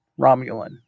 Romulan